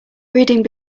reading